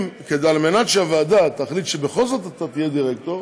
אם על מנת שהוועדה תחליט שבכל זאת אתה תהיה דירקטור,